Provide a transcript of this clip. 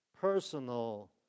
personal